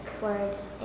words